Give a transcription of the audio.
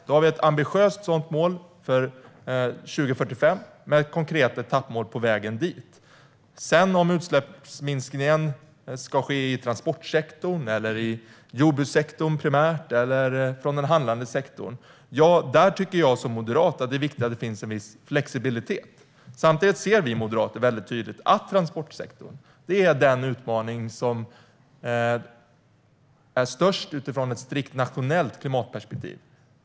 Vi har ett ambitiöst sådant mål för 2045 med ett konkret etappmål på vägen dit. Vad gäller om utsläppsminskningen sedan primärt ska ske i transportsektorn, i jordbrukssektorn eller i den handlande sektorn tycker jag som moderat att det är viktigt att det finns en viss flexibilitet. Samtidigt ser vi moderater väldigt tydligt att transportsektorn är den utmaning som är störst utifrån ett strikt nationellt klimatperspektiv.